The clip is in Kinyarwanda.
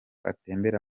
atembera